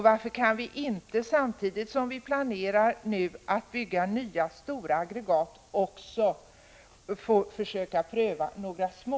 Varför kan vi inte, samtidigt som vi planerar att bygga nya stora aggregat, också försöka pröva några små?